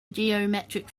geometric